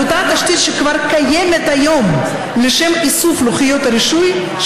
זה כינוס שנתי חשוב מאוד של 400 קהילות, גדולות